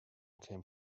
came